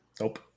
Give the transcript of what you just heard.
nope